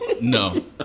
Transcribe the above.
No